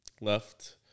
left